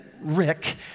Rick